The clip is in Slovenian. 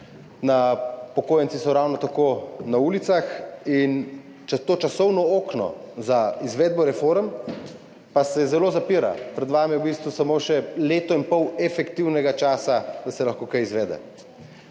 upokojenci so ravno tako na ulicah. To časovno okno za izvedbo reform pa se zelo zapira. Pred vami je v bistvu samo še leto in pol efektivnega časa, da se lahko kaj izvede.